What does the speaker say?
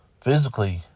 Physically